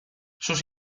sus